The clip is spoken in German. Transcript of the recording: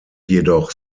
jedoch